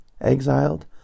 exiled